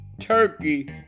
Turkey